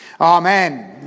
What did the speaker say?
Amen